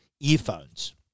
earphones